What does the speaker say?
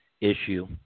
issue